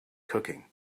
cooking